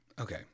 Okay